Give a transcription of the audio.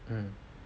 mm